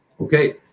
okay